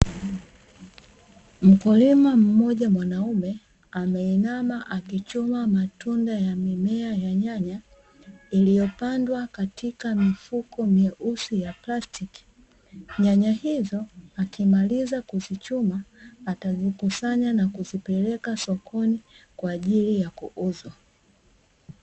Mkulima mmoja mwanaume, ameinama akichuma mimea aina ya nyanya, iliyopandwa katika mifuko meusi ya plastiki, nyanya izo akizimaliza kuzikusanya ata zipeleka sokoni kwa ajili ya kuziuza.